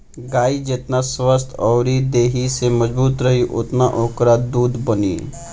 गाई जेतना स्वस्थ्य अउरी देहि से मजबूत रही ओतने ओकरा दूध बनी